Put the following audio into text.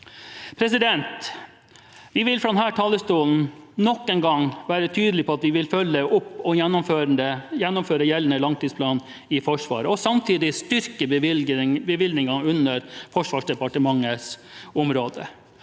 pris. Vi vil fra denne talerstolen nok en gang være tydelige på at vi vil følge opp og gjennomføre gjeldende langtidsplan i Forsvaret, og samtidig styrke bevilgningen under Forsvarsdepartementets område.